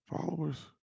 followers